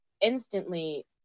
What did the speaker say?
instantly